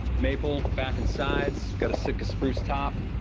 maple back and sides. got a sitka spruce top,